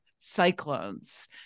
cyclones